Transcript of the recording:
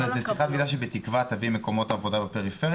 אבל זו שיחת ועידה שבתקווה תביא מקומות עבודה בפריפריה.